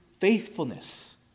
faithfulness